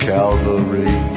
Calvary